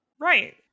Right